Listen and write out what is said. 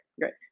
Great